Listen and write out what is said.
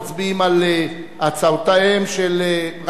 מוחמד ברכה, חנא סוייד ועפו אגבאריה, קבוצת חד"ש.